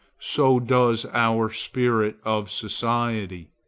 so does our spirit of society.